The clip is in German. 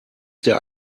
der